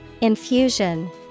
Infusion